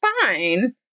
fine